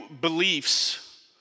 beliefs